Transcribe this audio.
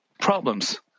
problems